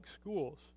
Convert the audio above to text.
schools